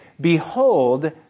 Behold